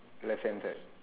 left hand side